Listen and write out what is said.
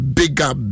bigger